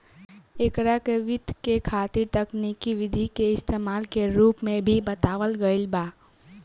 एकरा के वित्त के खातिर तकनिकी विधि के इस्तमाल के रूप में भी बतावल गईल बा